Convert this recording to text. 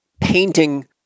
painting